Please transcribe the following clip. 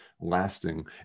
lasting